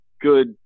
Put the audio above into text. good